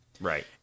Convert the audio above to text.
Right